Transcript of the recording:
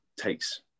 takes